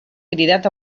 cridat